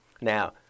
Now